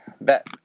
Bet